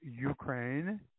Ukraine